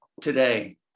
today